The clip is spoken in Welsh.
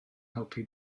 helpu